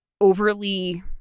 overly